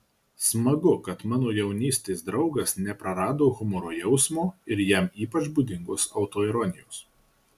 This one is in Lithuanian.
smagu kad mano jaunystės draugas neprarado humoro jausmo ir jam ypač būdingos autoironijos